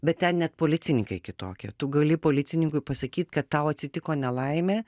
bet ten net policininkai kitokie tu gali policininkui pasakyt kad tau atsitiko nelaimė